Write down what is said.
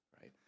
right